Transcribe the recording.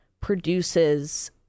produces